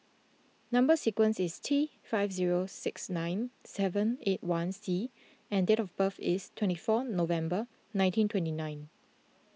Number Sequence is T five zero six nine seven eight one C and date of birth is twenty four November nineteen twenty nine